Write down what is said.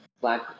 black